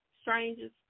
strangers